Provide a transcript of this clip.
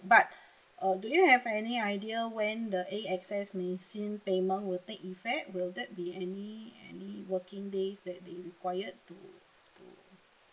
but uh do you have any idea when the A_X_S machine payment will take effect will that be any any working days that they required to to